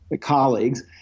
colleagues—